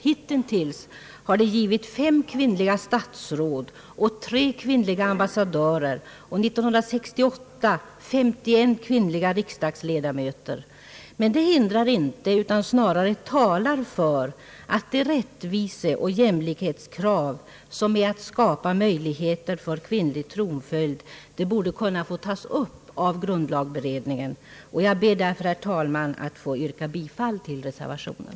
Hitintills har de givit fem kvinnliga statsråd, tre kvinnliga ambassadörer, och år 1968 är det 51 kvinnliga riksdagsledamöter. Men det hindrar inte utan snarare talar för att de rättviseoch jämlikhetskrav, som går ut på att skapa möjligheter för kvinnlig tronföljd, borde kunna få tas upp av grundlagberedningen. Jag ber därför, herr talman, att få yrka bifall till reservationen.